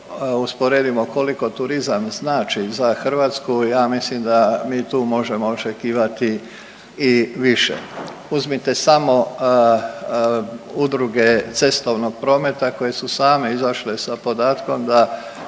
usporedimo koliko turizam znači za Hrvatsku ja mislim da mi tu možemo očekivati i više. Uzmite samo udruge cestovnog prometa koje su same izašle sa podatkom da